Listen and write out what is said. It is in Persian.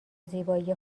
زیبایی